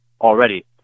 already